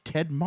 Ted